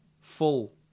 full